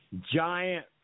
giant